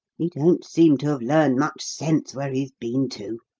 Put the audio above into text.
he don't seem to have learned much sense where he's been to,